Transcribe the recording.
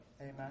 Amen